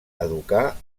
educar